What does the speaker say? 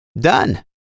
Done